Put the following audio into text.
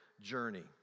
journey